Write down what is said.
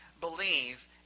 believe